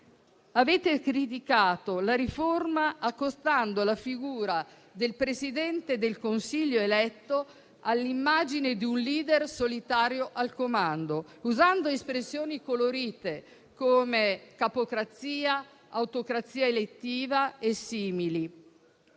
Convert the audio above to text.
Avete criticato la riforma accostando la figura del Presidente del Consiglio eletto all'immagine di un *leader* solitario al comando, usando espressioni colorite come capocrazia, autocrazia elettiva e simili,